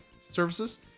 services